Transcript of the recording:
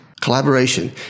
Collaboration